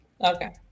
Okay